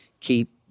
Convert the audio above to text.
Keep